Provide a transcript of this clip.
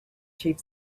chief